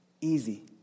easy